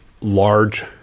large